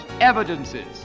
evidences